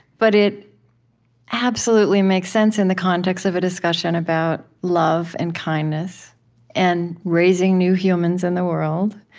but it absolutely makes sense in the context of a discussion about love and kindness and raising new humans in the world.